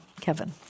Kevin